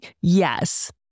Yes